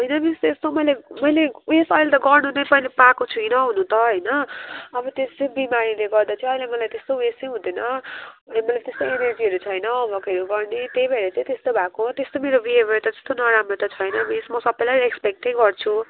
होइन मिस त्यस्तो मैले मैले उइस अहिले त गर्नु नै मैले पाएको छुइनँ हुनु त होइन अब त्यस्तै बिमारीले गर्दा चाहिँ अहिले मलाई त्यस्तो उइस चाहिँ हुँदैन अनि मलाई त्यस्तो इनर्जीहरू छैन होमवर्कहरू गर्ने त्यही भएर चाहिँ त्यस्तो भएको हो त्यस्तो मेरो बिहेवियर त त्यस्तो नराम्रो त छैन मिस म सबैलाई रेस्पेक्टै गर्छु